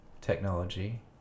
technology